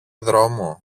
δρόμο